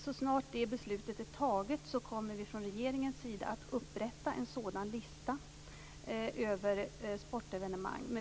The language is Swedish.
Så snart det beslutet är fattat kommer regeringen att upprätta en sådan lista över sportevenemang.